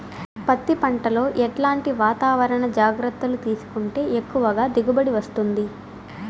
పత్తి పంట లో ఎట్లాంటి వాతావరణ జాగ్రత్తలు తీసుకుంటే ఎక్కువగా దిగుబడి వస్తుంది?